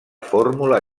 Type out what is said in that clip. fórmula